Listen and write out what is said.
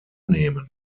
nehmen